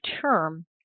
term